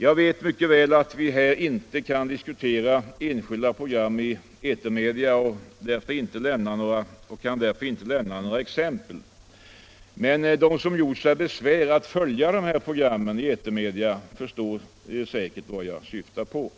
Jag vet mycket väl att vi här inte kan diskutera enskilda program i etermedia, och jag kan därför inte lämna några exempel. Men de som gjort sig besvär att följa dessa program i etermedia förstår säkerligen vad jag syftar på.